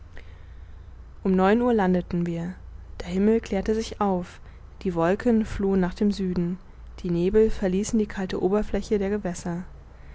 um neun uhr landeten wir der himmel klärte sich auf die wolken flohen nach dem süden die nebel verließen die kalte oberfläche der gewässer